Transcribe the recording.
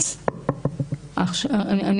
אני